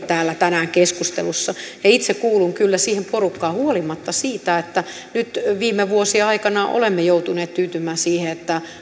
tänään täällä keskustelussa itse kuulun kyllä siihen porukkaan huolimatta siitä että nyt viime vuosien aikana olemme joutuneet tyytymään siihen että